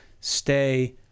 stay